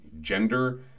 gender